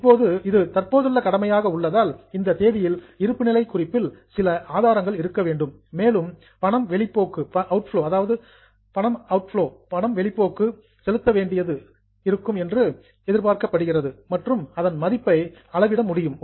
இப்போது இது தற்போதுள்ள கடமையாக உள்ளதால் இந்த தேதியில் இருப்புநிலை குறிப்பில் சில எவிடன்ஸ் ஆதாரங்கள் இருக்க வேண்டும் மேலும் பணம் அவுட்ஃப்லோ வெளிப்போக்கு அதாவது பணம் செலுத்த வேண்டியது இருக்கும் என்று ஆன்ட்டிசிபேட்டட் எதிர்பார்க்கப்படுகிறது மற்றும் அதன் மதிப்பையும் மெசர்டு அளவிட முடியும்